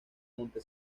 monte